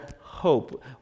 hope